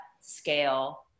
scale